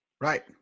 Right